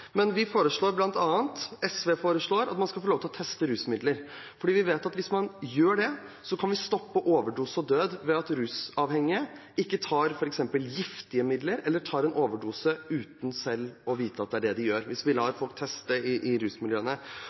men SV foreslår bl.a. at man skal få lov til å teste rusmidler, for vi vet at hvis man gjør det, kan vi stoppe overdose og død ved at rusavhengige ikke tar f.eks. giftige midler eller en overdose uten selv å vite at det er det de gjør – hvis vi lar folk i rusmiljøene